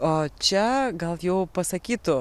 o čia gal jau pasakytų